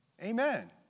Amen